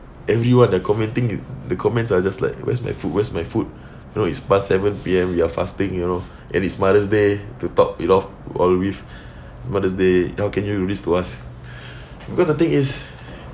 everyone the commenting the comments are just like where's my food where's my food you know it's past seven P_M we are fasting you know and it's mother's day to top it off all with mother's day how can you do this to us because the thing is